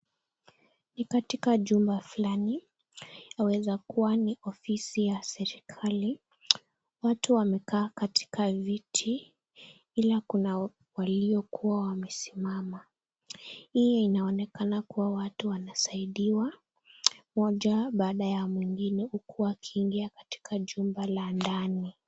Ni katika jumba fulani. Yaweza kuwa ni ofisi ya serikali. Watu wamekaa katika viti, ila kuna waliokuwa wamesimama. Hii inaonekana kuwa watu wanasaidiwa moja baada ya mwingine huku wakiingia katika jumba la ndani.